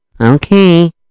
Okay